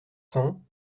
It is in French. cents